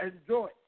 enjoy